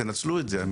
תנצלו את זה.